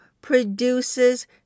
produces